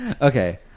Okay